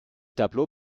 tableau